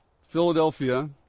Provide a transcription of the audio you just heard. Philadelphia